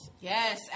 Yes